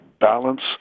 balance